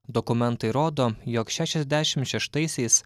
dokumentai rodo jog šešiasdešimt šeštaisiais